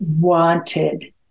wanted